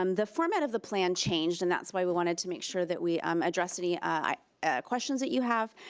um the format of the plan changed and that's why we wanted to make sure that we um address any ah questions that you have.